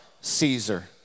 Caesar